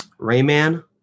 Rayman